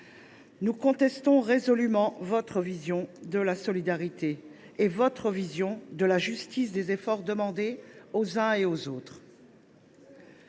Nous contestons résolument cette vision de la solidarité et de la justice des efforts demandés aux uns et aux autres.